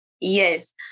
Yes